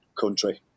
country